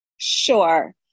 Sure